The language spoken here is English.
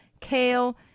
kale